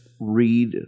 read